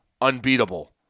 unbeatable